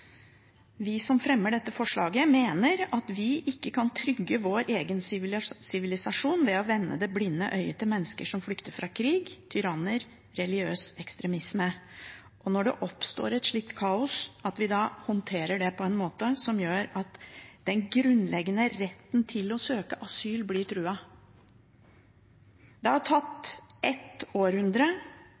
Vi som fremmer dette forslaget, mener at vi ikke kan trygge vår egen sivilisasjon ved å vende det blinde øyet til mennesker som flykter fra krig, tyranner og religiøs ekstremisme – når det oppstår et slikt kaos at vi håndterer det på en måte som gjør at den grunnleggende retten til å søke asyl blir truet. Det har tatt ett århundre